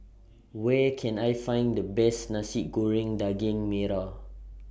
Where Can I Find The Best Nasi Goreng Daging Merah